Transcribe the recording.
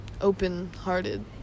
open-hearted